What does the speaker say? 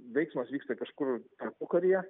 veiksmas vyksta kažkur tarpukaryje